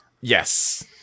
Yes